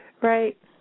right